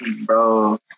bro